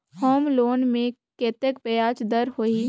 Home loan मे कतेक ब्याज दर होही?